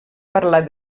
parlar